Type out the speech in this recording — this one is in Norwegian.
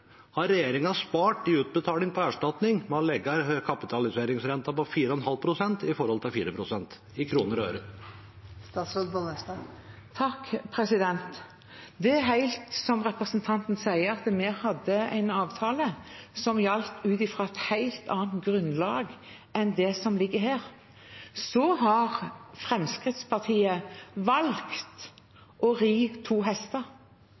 har regjeringen spart i utbetaling av erstatning ved å legge kapitaliseringsrenten på 4,5 pst. i forhold til 4 pst., i kroner og øre? Det er riktig som representanten sier, at vi hadde en avtale som gjaldt ut fra et helt annet grunnlag enn det som ligger her. Så har Fremskrittspartiet valgt å ri to hester.